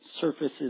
surfaces